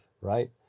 right